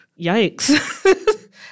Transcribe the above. yikes